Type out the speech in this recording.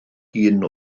hun